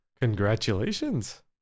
Congratulations